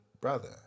brother